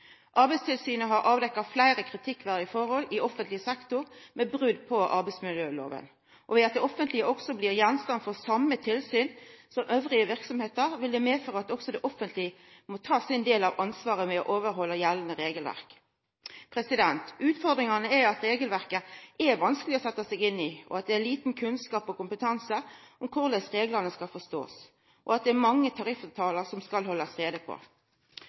ved at det offentlege òg blir gjenstand for same tilsyn som andre verksemder, vil det medføra at det offentlege må ta sin del av ansvaret med å overhalda gjeldande regelverk. Utfordringa er at regelverket er vanskeleg å setja seg inn i, at det er liten kunnskap og kompetanse om korleis ein skal forstå reglane, og at det er mange tariffavtalar ein skal halda greie på.